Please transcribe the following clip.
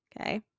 Okay